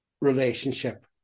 relationship